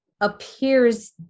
appears